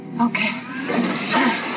Okay